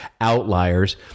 outliers